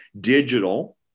digital